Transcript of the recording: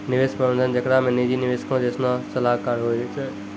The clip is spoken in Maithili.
निवेश प्रबंधन जेकरा मे निजी निवेशको जैसनो सलाहकार होय छै